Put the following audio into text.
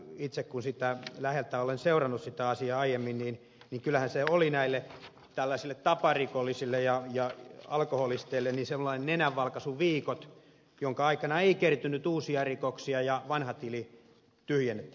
itse kun sitä asiaa olen läheltä seurannut aiemmin niin kyllähän ne olivat tällaisille taparikollisille ja alkoholisteille sellaiset nenänvalkaisuviikot joiden aikana ei kertynyt uusia rikoksia ja vanha tili tyhjennettiin